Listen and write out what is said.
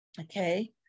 Okay